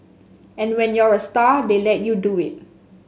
and when you're a star they let you do it